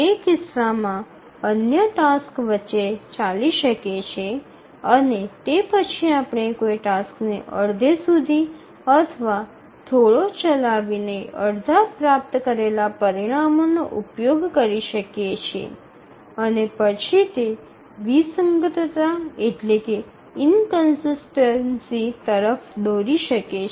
તે કિસ્સામાં અન્ય ટાસક્સ વચ્ચે ચાલી શકે છે અને તે પછી આપણે કોઈ ટાસ્કને અડધે સુધી અથવા થોડો ચલાવી ને અડધા પ્રાપ્ત કરેલા પરિણામોનો ઉપયોગ કરી શકીએ છીએ અને પછી તે વિસંગતતા તરફ દોરી શકે છે